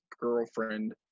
girlfriend